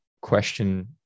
question